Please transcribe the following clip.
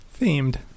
Themed